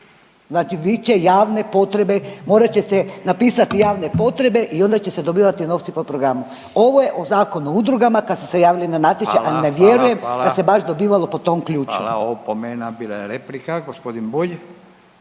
znači bit će javne potrebe, morat će se napisati javne potrebe i onda će se dobivati novci po programu. Ovo je o Zakonu o udrugama kad ste se javili na natječaj, a ne vjerujem da se baš dobivalo po tom ključu. **Radin, Furio (Nezavisni)** Hvala, hvala, hvala, hvala, opomena, bila je replika. Gospodin Bulj